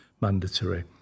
mandatory